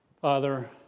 Father